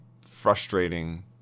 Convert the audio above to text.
frustrating